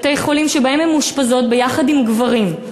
בתי-חולים שבהם הן מאושפזות ביחד עם גברים.